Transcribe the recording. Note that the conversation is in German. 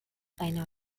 einer